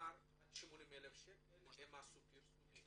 כלומר עד 80,000 שקל הם עשו פרסומים,